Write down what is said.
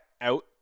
out